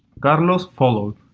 carlos followed.